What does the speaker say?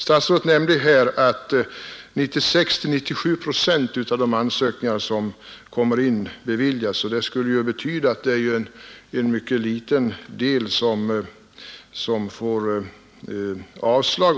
Statsrådet nämnde här att 96--97 procent av de ansökningar som kommer in beviljas. Detta skulle betyda att det är en mycket liten del som får avslag.